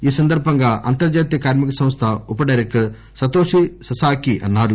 ఈ సందర్భంగా అంతర్జాతీయ కార్మిక సంస్థ ఉప డైరెక్టర్ సతోషి ససాకి అన్నారు